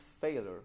failure